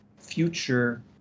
future